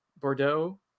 Bordeaux